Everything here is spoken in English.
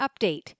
update